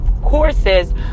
courses